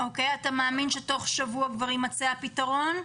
אתה מאמין שתוך שבוע כבר יימצא הפתרון?